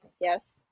Yes